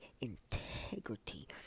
integrity